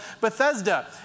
Bethesda